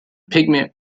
pigment